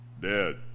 dead